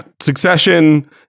succession